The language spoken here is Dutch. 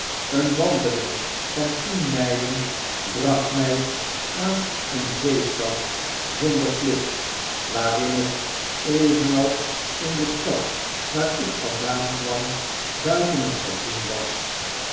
een wandeling van tien mylen bracht my aan een zeestad zonder klip waarin het evenals in de stad waar ik vandaan kwam buiten het seizoen was